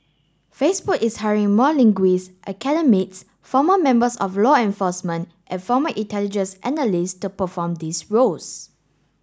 Facebook is hiring more linguists academics former members of law enforcement and former intelligence analyst to perform these roles